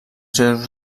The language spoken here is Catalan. seus